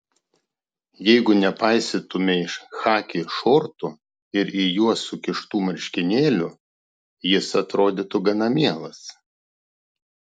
jeigu nepaisytumei chaki šortų ir į juos sukištų marškinėlių jis atrodytų gana mielas